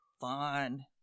fun